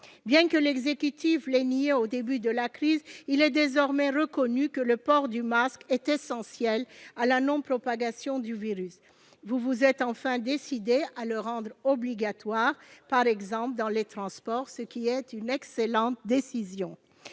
Bien que l'exécutif l'ait nié au début de la crise, il est désormais reconnu que le port du masque est essentiel à la non-propagation du virus. Vous vous êtes enfin décidé à le rendre obligatoire, par exemple dans les transports, ce qui est une excellente décision.